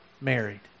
married